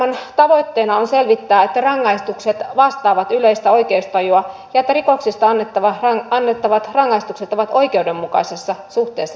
hallitusohjelman tavoitteena on selvittää että rangaistukset vastaavat yleistä oikeustajua ja että rikoksista annettavat rangaistukset ovat oikeudenmukaisessa suhteessa teon moitittavuuteen